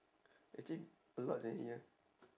actually a lot leh here